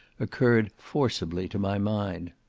occurred forcibly to my mind.